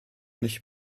nicht